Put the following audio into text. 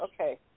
Okay